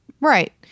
Right